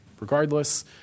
regardless